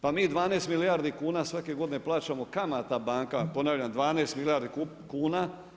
Pa mi 12 milijardi kuna svake godine plaćamo kamata bankama, ponavljam 12 milijardi kuna.